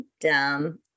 dumb